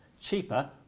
cheaper